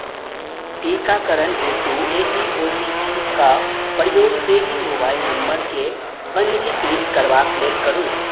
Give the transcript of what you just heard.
टीकाकरण हेतु एहि ओ टी पी कऽ प्रयोग एहि मोबाइल नम्बरकेँ पञ्जीकृत करबाक लेल करू